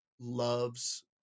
loves